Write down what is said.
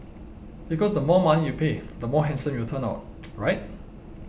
because the more money you pay the more handsome you will turn out right